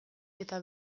eta